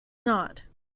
not